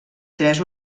tres